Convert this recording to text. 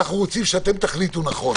אנחנו רוצים שאתם תחליטו נכון.